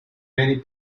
many